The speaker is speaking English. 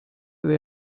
way